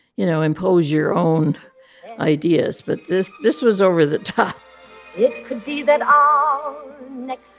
you know, impose your own ideas. but this this was over-the-top yeah it could be that our next